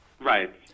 Right